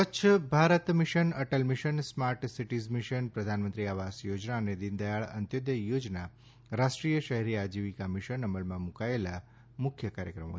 સ્વચ્છ Bharat mission Atal mission smart cities mission પ્રધાનમંત્રી આવાસ યોજના અને દીન દયાળ અંત્યોદય યોજના રાષ્ટ્રીય શહેરી આજીવિકા મિશન અમલમાં મુકાયેલા મુખ્ય કાર્યક્રમો છે